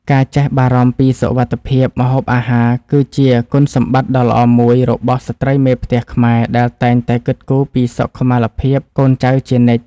ការចេះបារម្ភពីសុវត្ថិភាពម្ហូបអាហារ គឺជាគុណសម្បត្តិដ៏ល្អមួយរបស់ស្ត្រីមេផ្ទះខ្មែរដែលតែងតែគិតគូរពីសុខុមាលភាពកូនចៅជានិច្ច។